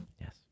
yes